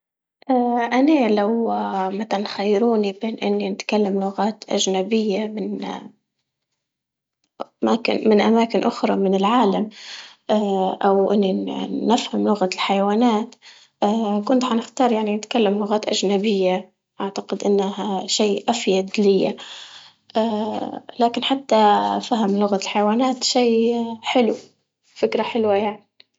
أني لو متلاً خيروني بين إني نتكلم لغات أجنبية من ماك- من أماكن أخرى من العالم أو إني نفهم لغة الحيوانات كنت حنختار يعني نتكلم لغات أجنبية، أعتقد إنها شي أفيد ليا لكن حتى فهم لغة الحيوانات شي حلو، فكرة حلوة يعني.